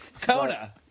Kona